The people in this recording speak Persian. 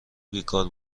بیکار